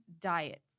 diet